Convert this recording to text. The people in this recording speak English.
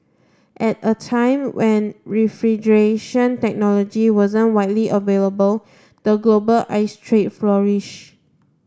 at a time when refrigeration technology wasn't widely available the global ice trade flourished